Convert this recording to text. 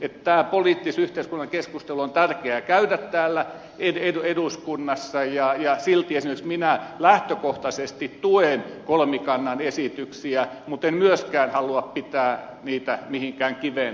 tämä poliittis yhteiskunnallinen keskustelu on tärkeä käydä täällä eduskunnassa ja silti esimerkiksi minä lähtökohtaisesti tuen kolmikannan esityksiä mutta en myöskään halua pitää niitä mitenkään kiveen hakattuina